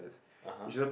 (uh huh)